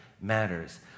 matters